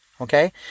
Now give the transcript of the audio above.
okay